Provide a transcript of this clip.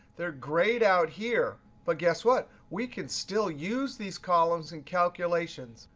they're grayed out here. but guess what? we can still use these columns and calculations.